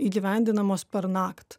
įgyvendinamos pernakt